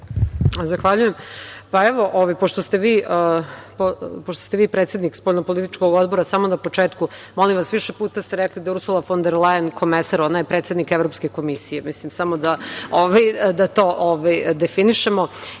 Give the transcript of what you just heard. Zahvaljujem. Pošto ste vi predsednik spoljnopolitičkog Odbora, samo na početku, molim vas, više puta ste rekli da je Ursula fon der Lajen komesar, ona je predsednik Evropske komisije, da to definišemo. Između